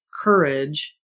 courage